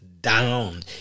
down